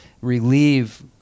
relieve